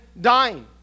dying